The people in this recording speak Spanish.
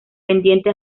pendiente